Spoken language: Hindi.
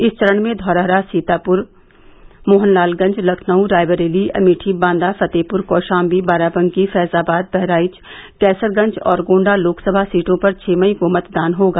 इस चरण में धौरहरा सीतापुर मोहनलालगंज लखनऊ रायबरेली अमेठी बांदा फतेहपुर कौशाम्वी बाराबंकी फैजाबाद बहराइच कैसरगंज और गोण्डा लोकसभा सीटों पर छह मई को मतदान होगा